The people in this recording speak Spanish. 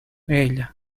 ella